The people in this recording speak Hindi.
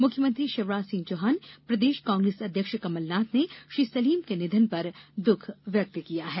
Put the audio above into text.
मुख्यमंत्री शिवराज सिंह चौहान प्रदेश कांग्रेस अध्यक्ष कमलनाथ ने श्री सलीम के निधन पर दुख व्यक्त किया है